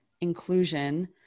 inclusion